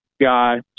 guy